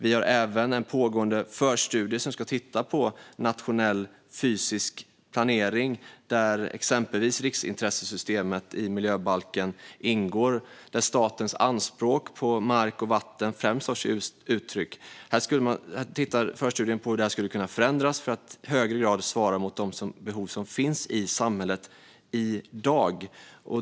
Vi har även en pågående förstudie som ska titta på nationell fysisk planering. I det ingår exempelvis riksintressesystemet i miljöbalken, där statens anspråk på mark och vatten främst tar sig uttryck. Förstudien tittar på hur det skulle kunna förändras för att i högre grad svara mot de behov som finns i samhället i dag.